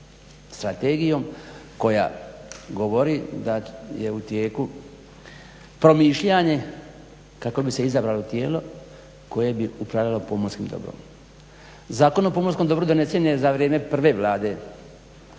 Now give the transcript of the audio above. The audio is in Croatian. strategijom koja govori da je u tijeku promišljanje kako bi se izabralo tijelo koje bi upravljalo pomorskim dobrom. Zakon o pomorskom dobru donesen je za vrijeme prve Vlade